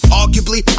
arguably